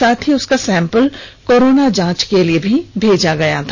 साथ ही उसका सैंपल कोरोना जांच के लिए भी भेजा गया था